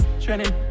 Trending